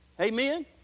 Amen